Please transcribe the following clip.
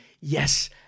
Yes